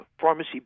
pharmacy